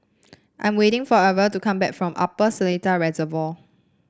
I am waiting for Irven to come back from Upper Seletar Reservoir